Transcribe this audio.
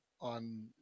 on